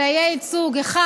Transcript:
אלא יהיה ייצוג אחד